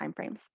timeframes